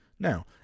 Now